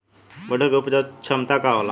मटर के उपज क्षमता का होला?